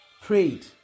prayed